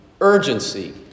urgency